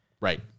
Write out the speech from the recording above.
right